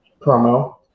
promo